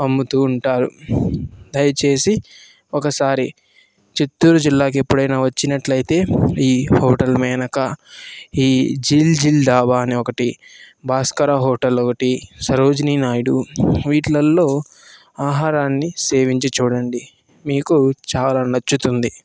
అమ్ముతూ ఉంటారు దయచేసి ఒకసారి చిత్తూరు జిల్లాకి ఎప్పుడైనా వచ్చినట్లైతే ఈ హోటల్ మేనకా ఈ జిల్ జిల్ ఢాబా అని ఒకటి భాస్కర హోటల్ ఒకటి సరోజినీ నాయుడు వీటీలల్లో ఆహారాన్ని సేవించి చూడండి మీకు చాలా నచ్చుతుంది